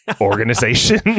organization